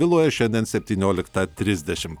viloje šiandien septynioliktą trisdešim